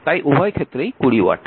তাই উভয় ক্ষেত্রেই 20 ওয়াট